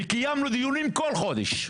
קיימנו דיונים כל חודש,